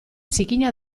zikina